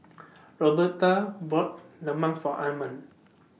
Roberta bought Lemang For Armond